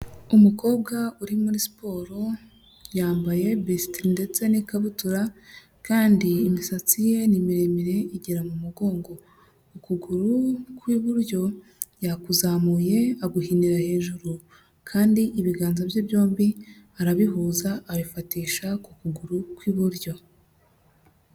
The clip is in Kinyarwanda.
Umukobwa uri muri siporo yambaye bisitiri ndetse n'ikabutura kandi imisatsi ye ni miremire igera mu mugongo, ukuguru kw'iburyo yakuzamuye aguhinira hejuru kandi ibiganza bye byombi arabihuza abifatisha ku kuguru kw'iburyo.